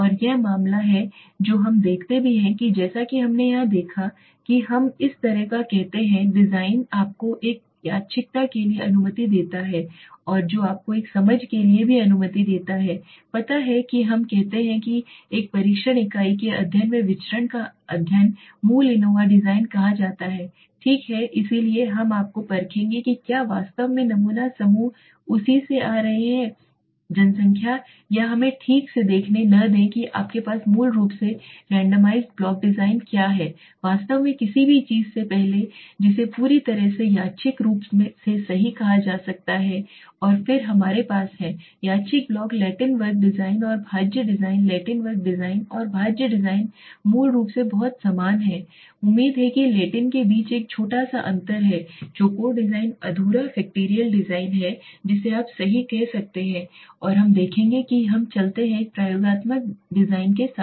और यह मामला है जो हम भी देखते हैं जैसा कि हमने यहां देखा है कि हम इस तरह का कहते हैं डिजाइन जो आपको एक यादृच्छिकता के लिए अनुमति देता है और जो आपको एक समझ के लिए भी अनुमति देता है पता है कि हम कहते हैं कि एक परीक्षण इकाई के एक अध्ययन में विचरण का अध्ययन मूल एनोवा डिजाइन कहा जाता है ठीक है इसलिए हम आपको परखेंगे कि क्या वास्तव में नमूना समूह उसी से आ रहे हैं जनसंख्या या हमें ठीक से देखने न दें कि आपके पास मूल रूप से रैंडमाइज्ड ब्लॉक डिज़ाइन क्या है वास्तव में किसी चीज से पहले जिसे पूरी तरह से यादृच्छिक रूप से सही कहा जाता है और फिर हमारे पास है यादृच्छिक ब्लॉक लैटिन वर्ग डिजाइन और भाज्य डिजाइन लैटिन वर्ग डिजाइन और भाज्य डिजाइन मूल रूप से बहुत समान हैं उम्मीद है कि लैटिन के बीच एक छोटा सा अंतर है चौकोर डिजाइन अधूरा फैक्टरियल डिज़ाइन है जिसे आप सही कह सकते हैं और हम देखेंगे कि हम चलते हैं एक प्रयोगात्मक डिजाइन के साथ